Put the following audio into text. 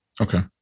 okay